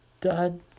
Dad